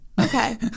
Okay